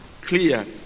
clear